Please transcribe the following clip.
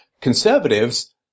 Conservatives